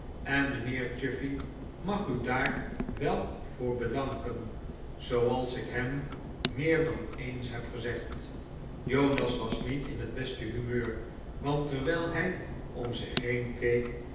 en mijnheer chuffey mag u daar wel voor bedanken zooals ik hem meer dan eens heb gezegd x jonas was niet in het beste humeur want terwijl hij om zich heen keek